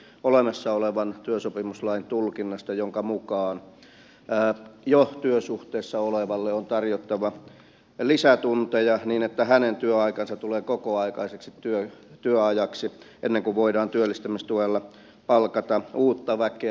se johtuu olemassa olevan työsopimuslain tulkinnasta jonka mukaan jo työsuhteessa olevalle on tarjottava lisätunteja niin että hänen työaikansa tulee kokoaikaiseksi työajaksi ennen kuin voidaan työllistämistuella palkata uutta väkeä